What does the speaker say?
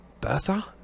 Bertha